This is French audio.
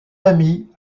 ami